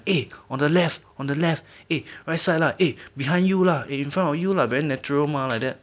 eh on the left on the left eh right side lah eh behind you lah in front of you lah very natural mah like that